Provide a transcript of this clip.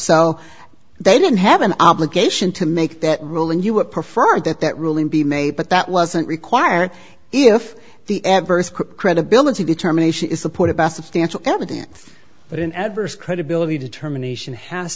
so they didn't have an obligation to make that rule and you would prefer that that ruling be made but that wasn't required if the adverse credibility determination is supported by substantial evidence but an adverse credibility determination has